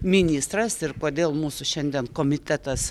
ministras ir kodėl mūsų šiandien komitetas